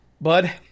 Bud